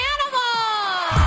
Animals